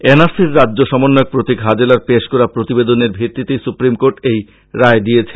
N R সির রাজ্য সমন্বয়ক প্রতীক হাজেলার পেশ করা প্রতিবেদনের ভিত্তিতেই সুপ্রীমকোর্ট এই রায় দিয়েছে